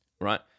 right